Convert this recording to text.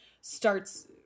starts